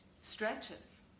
stretches